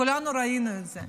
כולנו ראינו את זה.